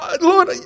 Lord